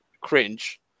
cringe